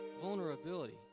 vulnerability